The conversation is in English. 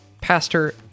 pastor